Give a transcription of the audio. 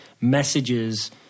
messages